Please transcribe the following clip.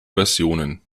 versionen